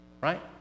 right